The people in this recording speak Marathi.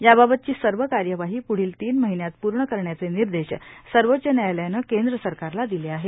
याबाबतची सर्व कार्यवाही पृढील तीन महिन्यात पृर्ण करण्याचे निर्देश सर्वोच्च न्यायालयानं केंद्र सरकारला दिले आहेत